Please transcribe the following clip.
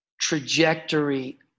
trajectory